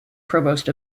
provost